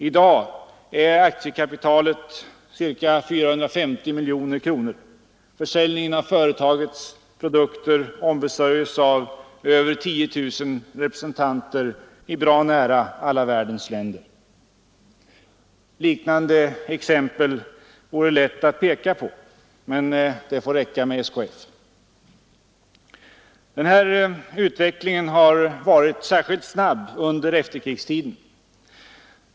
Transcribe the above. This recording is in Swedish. I dag är aktiekapitalet ca 450 miljoner kronor. Försäljningen av företagets produkter ombesörjes av 10 000 representanter i bra nära alla världens länder. Det vore lätt att peka på liknande exempel, men det får räcka med SKF. Den här utvecklingen har varit särskilt snabb under efterkrigstiden.